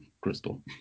crystal